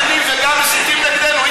גם מתחננים וגם מסיתים נגדנו.